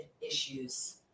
issues